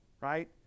right